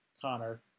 Connor